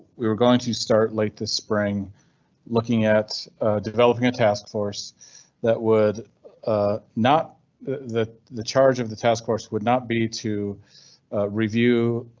we were going to start late this spring looking at developing a task force that would ah not the the charge of the task force would not be to review